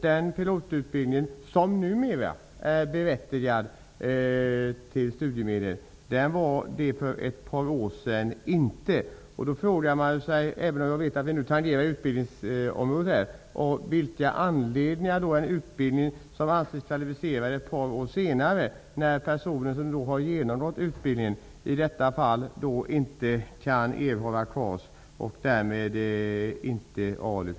Den pilotutbildningen är numera berättigad till studiemedel, vilket den inte var för ett par år sedan. Jag vet att jag nu tangerar utbildningsområdet, men av vilken anledning kan en person som har genomgått denna utbildning inte erhålla KAS, och därmed inte ALU, när utbildningen ett par år senare är studiemedelsberättigad?